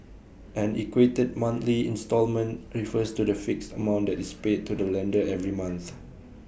an equated monthly instalment refers to the fixed amount that is paid to the lender every month